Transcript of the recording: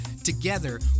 together